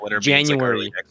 January